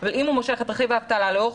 אבל אם הוא מושך את רכיב האבטלה לאורך